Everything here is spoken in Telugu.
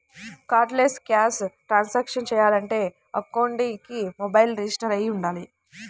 కార్డ్లెస్ క్యాష్ ట్రాన్సాక్షన్స్ చెయ్యాలంటే అకౌంట్కి మొబైల్ రిజిస్టర్ అయ్యి వుండాలి